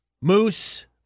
moose